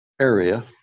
area